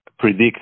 predict